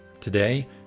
Today